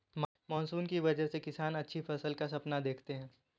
monsoon की वजह से किसान अच्छी फसल का सपना देखते हैं